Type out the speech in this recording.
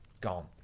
Gone